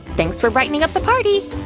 thanks for brightening up the party!